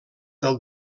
del